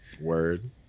Word